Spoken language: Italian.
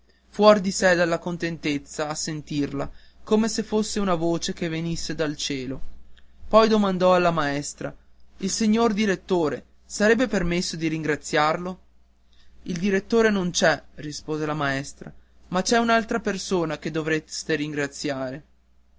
fuor di sé dalla contentezza a sentirla come se fosse una voce che venisse dal cielo poi domandò alla maestra il signor direttore sarebbe permesso di ringraziarlo il direttore non c'è rispose la maestra ma c'è un'altra persona che dovreste ringraziare